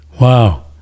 Wow